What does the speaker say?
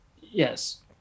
yes